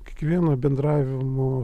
kiekvieno bendravimo